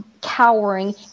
cowering